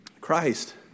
Christ